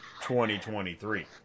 2023